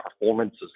performances